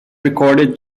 recorded